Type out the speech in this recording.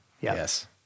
Yes